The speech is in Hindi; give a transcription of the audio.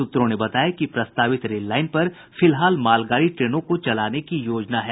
सूत्रों ने बताया कि प्रस्तावित रेललाईन पर फिलहाल मालगाड़ी ट्रेनों को चलाने की योजना है